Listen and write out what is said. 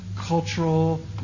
cultural